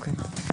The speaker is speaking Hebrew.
בסדר.